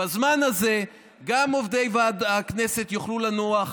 בזמן הזה גם עובדי הכנסת יוכלו לנוח,